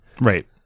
right